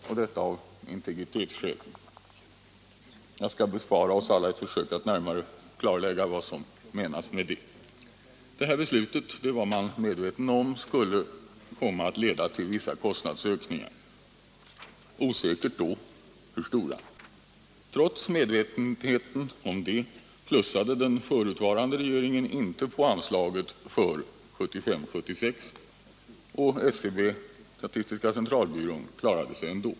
Jag skall bespara kammarens ledamöter ett försök att närmare klarlägga vad som menas med det. Detta beslut — det var man medveten om — skulle komma att leda till vissa kostnadsökningar, osäkert då hur stora. Trots medvetenheten därom plussade den förutvarande regeringen inte på anslaget för 1975/76, men statistiska centralbyrån klarade sig ändå.